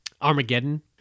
Armageddon